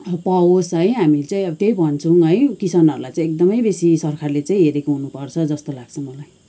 पाओस् है हामी चाहिँ त्यही भन्छौँ है किसानहरूलाई चाहिँ एकदमै बेसी सरकारले चाहिँ हेरेको हुनुपर्छ जस्तो लाग्छ मलाई